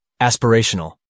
Aspirational